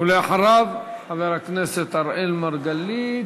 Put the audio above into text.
ואחריו, חבר הכנסת אראל מרגלית.